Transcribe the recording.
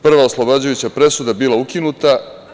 Prva oslobađajuća presuda bila je ukinuta.